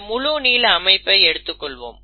இந்த முழு நீள அமைப்பை எடுத்துக் கொள்வோம்